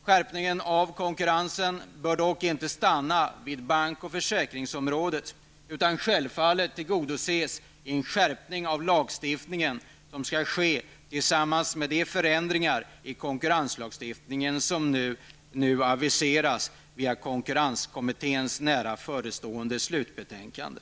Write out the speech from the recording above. Skärpningen av konkurrensen bör dock inte stanna vid bank och försäkringsområdet, utan självfallet bör kravet på en skärpning av konkurrensen tillgodoses även i samband med de förändringar i konkurrenslagstiftningen som aviseras i konkurrenskommitténs nära förestående slutbetänkande.